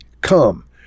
come